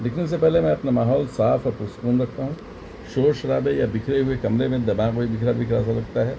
لکھنے سے پہلے میں اپنا ماحول صاف اور پرسکون رکھتا ہوں شور شرابے یا بکھرے ہوئے کمرے میں دماغ بھی بکھرا بکھرا سا لگتا ہے